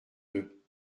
deux